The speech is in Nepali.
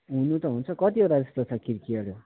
हुनु त हुन्छ कटिवटा जस्तो छ खिड्कीहरू